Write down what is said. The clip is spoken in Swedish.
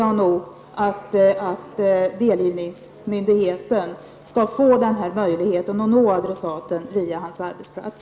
Jag anser att delgivningsmyndigheten skall få den här möjligheten att nå adressaten via hans arbetsplats.